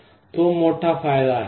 तो मोठा फायदा आहे